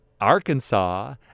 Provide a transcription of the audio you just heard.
Arkansas